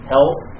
Health